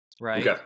Right